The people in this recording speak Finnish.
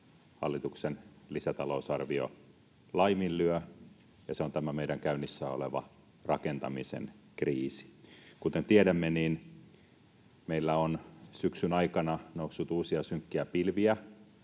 hallituksen lisätalousarvio laiminlyö, ja se on tämä meidän käynnissä oleva rakentamisen kriisi. Kuten tiedämme, meillä on syksyn aikana noussut Suomen talouden